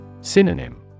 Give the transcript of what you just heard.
Synonym